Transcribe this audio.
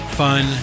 fun